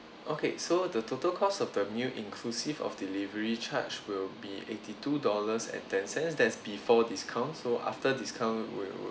okay so the total cost of the meal inclusive of delivery charge will be eighty two dollars and ten cents that's before discount so after discount will